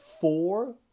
four